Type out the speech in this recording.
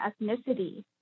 ethnicity